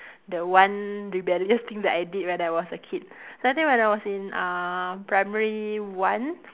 the one rebellious thing that I did when I was a kid so that time when I was in uh primary one